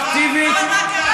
רטרואקטיבית, אבל מה קרה?